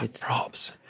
Props